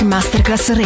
Masterclass